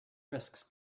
risks